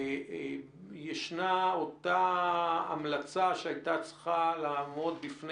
ישנה אותה המלצה שהייתה צריכה לעמוד בפני